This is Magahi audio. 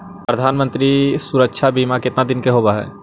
प्रधानमंत्री मंत्री सुरक्षा बिमा कितना दिन का होबय है?